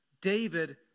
David